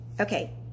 Okay